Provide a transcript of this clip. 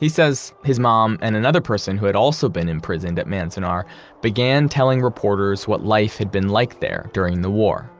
he says his mom and another person who had also been imprisoned at manzanar began telling reporters what life had been like there during the war